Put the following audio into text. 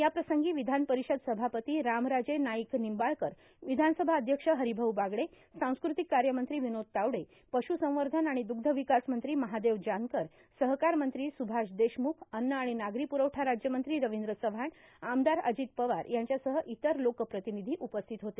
याप्रसंगी विधानर्पारषद सभापती रामराजे नाईक निंबाळकर विधानसभा अध्यक्ष हरोभाऊ बागडे सांस्कृतिक कायमंत्री विनोद तावडे पश्संवधन आर्गण दुर्ग्धावकास मंत्री महादेव जानकर सहकारमंत्री सुभाष देशमुख अन्न आणि नागरो पुरवठा राज्यमंत्री रवींद्र चव्हाण आमदार अजित पवार यांच्यासह इतर लोकर्प्रार्तानधी उपस्थित होते